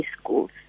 schools